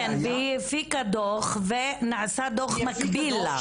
כן, והיא הפיקה דוח, ונעשה דוח מקביל לה.